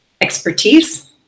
expertise